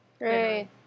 right